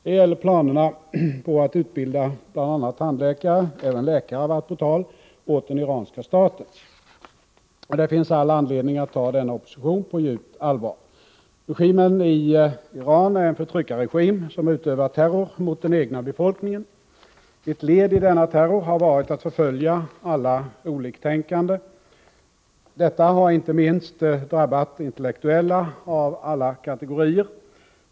Det gäller planerna på att utbilda bl.a. tandläkare — även läkare har varit på tal — åt den iranska staten. Det finns all anledning att ta denna opposition på djupt allvar. Regimen i Iran är en förtryckarregim, som utövar terror mot den egna befolkningen. Ett led i denna terror har varit att förfölja alla oliktänkande. Detta har inte minst drabbat intellektuella av alla kategorier.